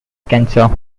cancer